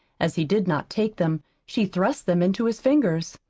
as he did not take them, she thrust them into his fingers.